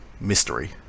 mystery